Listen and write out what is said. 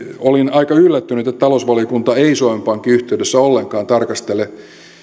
olin aika yllättynyt että talousvaliokunta ei suomen pankin yhteydessä ollenkaan tarkastele